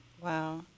Wow